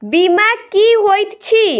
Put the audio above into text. बीमा की होइत छी?